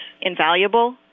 invaluable